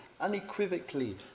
unequivocally